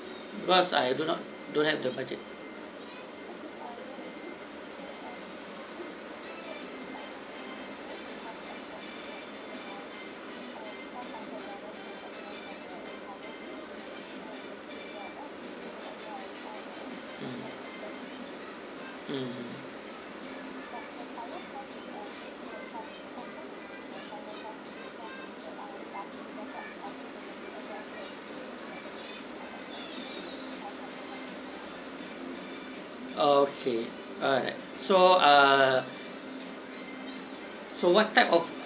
because I do not don't have the budget mm mm okay alright so err so what type of